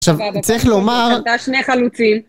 עכשיו, צריך לומר... קנתה שני חלוצים.